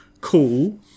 cool